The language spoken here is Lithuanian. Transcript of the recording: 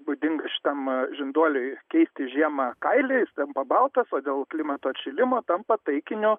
būdinga šitam žinduoliui keisti žiemą kailį jis tampa baltas o dėl klimato atšilimo tampa taikiniu